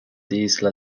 diesel